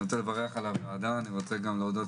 אני רוצה לברך על הוועדה ורוצה גם להודות